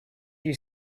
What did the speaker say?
you